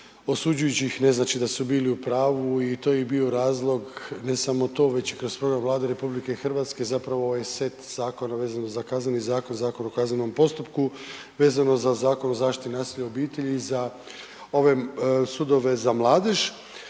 osuđujući ih ne znači da su bili u pravu i to je bio i razlog, ne samo to već kroz program Vlade RH zapravo ovaj set zakona vezano za Kazneni zakon, Zakon o kaznenom postupku, vezano za Zakon o zaštiti od nasilja u obitelji i za ove sudove za mladež.